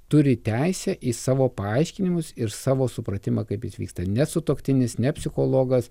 turi teisę į savo paaiškinimus ir savo supratimą kaip jis vyksta nes sutuoktinis ne psichologas